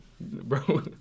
Bro